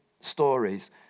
stories